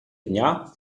dnia